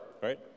right